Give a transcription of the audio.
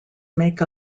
make